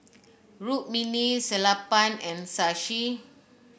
Rukmini Sellapan and Shashi